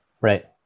Right